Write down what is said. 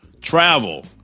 Travel